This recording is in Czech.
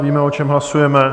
Víme, o čem hlasujeme?